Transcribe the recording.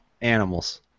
Animals